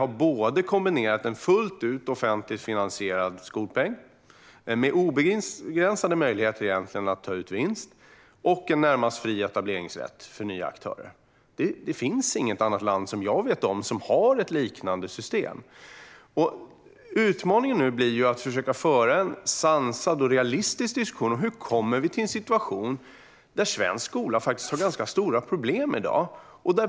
Här har vi kombinerat en fullt ut offentligt finansierad skolpeng med obegränsade möjligheter att ta ut vinst och en i det närmaste fri etableringsrätt för nya aktörer. Jag känner inte till något annat land som har ett liknande system. Utmaningen blir nu att försöka föra en sansad och realistisk diskussion. Svensk skola har faktiskt stora problem i dag.